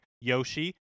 Yoshi